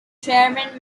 chairman